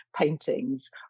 paintings